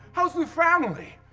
how's the family?